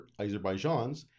Azerbaijans